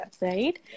right